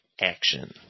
Action